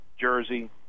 Jersey